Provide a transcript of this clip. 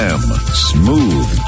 Smooth